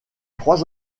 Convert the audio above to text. trois